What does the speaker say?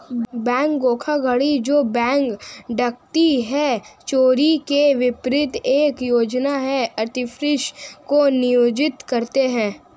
bank धोखाधड़ी जो bank डकैती या चोरी के विपरीत एक योजना या आर्टिफिस को नियोजित करते हैं